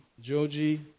Joji